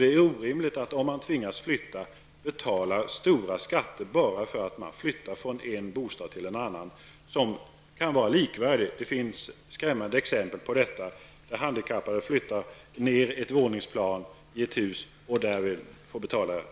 Det är orimligt att den som tvingas flytta skall betala stora skatter bara för att man flyttar från en bostad till en annan som kan vara likvärdig. Det finns skrämmande exempel där handikappade har flyttat ett våningsplan ner i ett hus och därmed fått betala